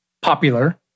popular